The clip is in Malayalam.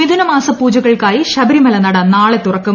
മിഥുന മാസ പൂജകൾക്കായി ശബരിമല നട നാളെ തുറക്കും